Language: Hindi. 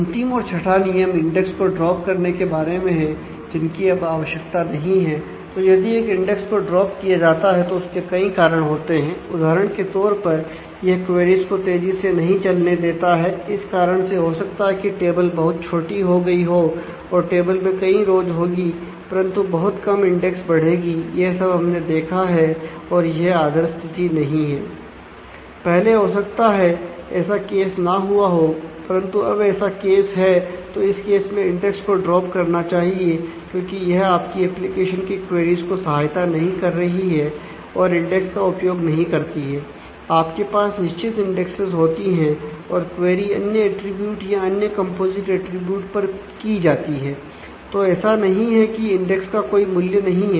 अंतिम और छठा नियम इंडेक्स को ड्राप होंगी परंतु बहुत कम इंडेक्स बढ़ेगी यह सब हमने देखा है और यह आदर्श स्थिति नहीं है